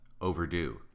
overdue